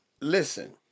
listen